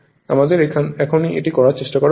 আমাদের এখনই এটি করার চেষ্টা করা উচিত